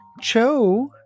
Cho